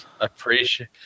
appreciate